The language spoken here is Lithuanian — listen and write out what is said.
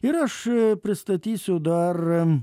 ir aš pristatysiu dar